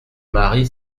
mari